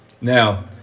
Now